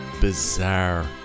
bizarre